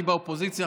אני באופוזיציה,